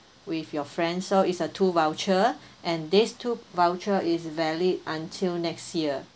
with your friends so it's a two voucher and this two voucher is valid until next year